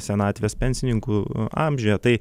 senatvės pensininkų amžiuje tai